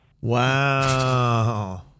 Wow